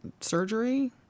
surgery